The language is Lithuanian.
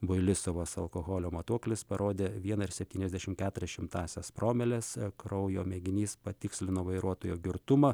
builisovas alkoholio matuoklis parodė vieną ir septyniasdešimt keturias šimtąsias promiles kraujo mėginys patikslino vairuotojo girtumą